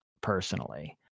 personally